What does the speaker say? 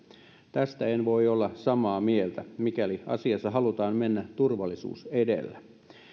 tästä en voi olla samaa mieltä mikäli asiassa halutaan mennä turvallisuus edellä